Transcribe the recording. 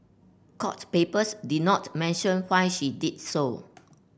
court papers did not mention why she did so